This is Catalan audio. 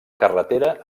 carretera